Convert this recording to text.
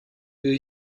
wir